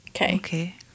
Okay